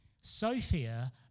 Sophia